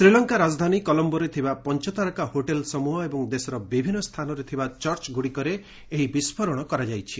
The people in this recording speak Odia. ଶ୍ରୀଲଙ୍କା ରାଜଧାନୀ କଲମ୍ଘୋରେ ଥିବା ପଞ୍ଚତାରକା ହୋଟେଲ୍ସମୃହ ଏବଂ ଦେଶର ବିଭିନ୍ନ ସ୍ଥାନରେ ଥିବା ଚର୍ଚ୍ଚଗୁଡ଼ିକରେ ଏହି ବିସ୍ଫୋରଣ କରାଯାଇଛି